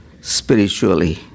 spiritually